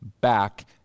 back